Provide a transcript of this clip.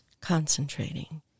concentrating